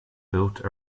built